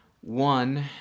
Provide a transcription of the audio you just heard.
One